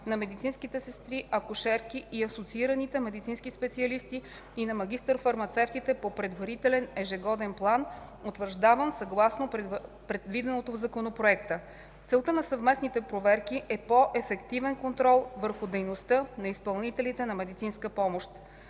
на медицинските сестри, акушерки и асоциирани медицински специалисти и на магистър-фармацевтите, по предварителен ежегоден план, утвърждаван съгласно предвиденото в Законопроекта. Целта на съвместните проверки е по-ефективен контрол върху дейността на изпълнителите на медицинска помощ.